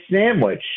sandwich